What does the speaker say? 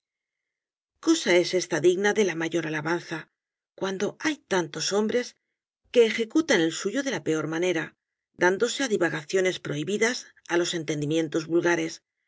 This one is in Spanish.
cosa es esta digna de la mayor alabanza cuando hay tantos hombres que ejecutan el rosalía de castro suyo de la peor manera dándose á divagaciones prohibidas á los entendimientos vulgares